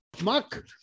Mark